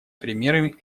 примеры